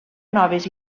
noves